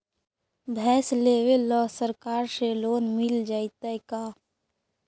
भैंस लेबे ल सरकार से लोन मिल जइतै का?